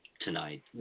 tonight